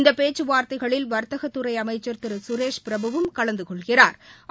இந்த பேச்சுவார்த்தைகளில் வாத்தகத் துறை அமைச்சா் திரு சுரேஷ் பிரபு வும் கலந்து கொள்கிறாா்